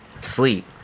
sleep